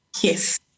Yes